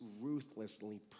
ruthlessly